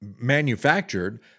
manufactured